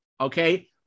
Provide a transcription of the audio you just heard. Okay